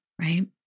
right